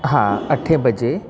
हा अठे बजे